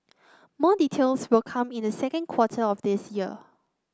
more details will come in the second quarter of this year